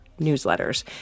newsletters